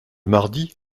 mardi